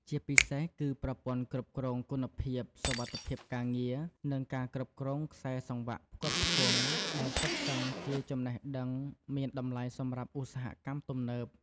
ជាពិសេសគឺ ប្រព័ន្ធគ្រប់គ្រងគុណភាព សុវត្ថិភាពការងារ និងការគ្រប់គ្រងខ្សែសង្វាក់ផ្គត់ផ្គង់ ដែលសុទ្ធសឹងជាចំណេះដឹងមានតម្លៃសម្រាប់ឧស្សាហកម្មទំនើប។